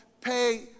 pay